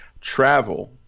travel